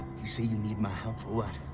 you say you need my help? for what?